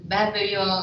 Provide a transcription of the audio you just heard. be abejo